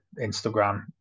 Instagram